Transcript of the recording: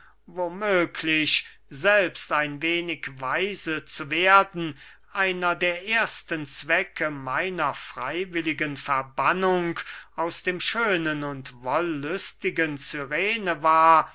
möglich selbst ein wenig weise zu werden einer der ersten zwecke meiner freywilligen verbannung aus dem schönen und wollüstigen cyrene war